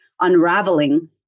unraveling